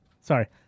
Sorry